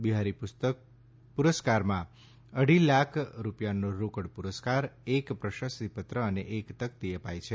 બિહારી પુરસ્કા રમાં અઢી લાખ રૂપિયાનો રોકડ પુરસ્કાર એક પ્રશસ્તિપત્ર અને એક તકતી અપાય છે